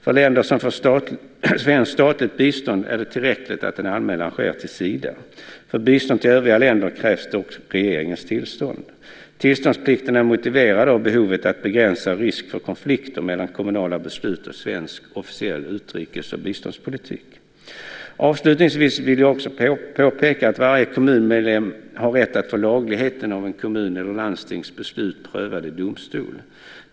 För länder som får svenskt statligt bistånd är det tillräckligt att anmälan sker till Sida. För bistånd till övriga länder krävs dock regeringens tillstånd. Tillståndsplikten är motiverad av behovet att begränsa risken för konflikter mellan kommunala beslut och svensk officiell utrikes och biståndspolitik. Avslutningsvis vill jag också påpeka att varje kommunmedlem har rätt att få lagligheten av kommuns eller landstingets beslut prövad i domstol.